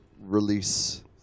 release